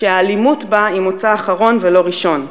שהאלימות בה היא מוצא אחרון ולא ראשון,